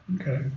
Okay